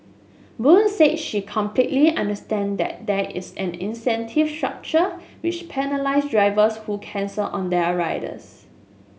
Boon said she completely understand that there is an incentive structure which penalise drivers who cancel on their riders